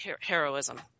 heroism